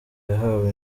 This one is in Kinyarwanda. yahawe